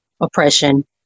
oppression